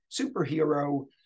superhero